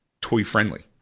toy-friendly